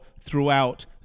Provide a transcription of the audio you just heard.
throughout